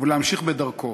ולהמשיך בדרכו,